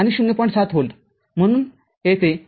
७ volt म्हणून येथे २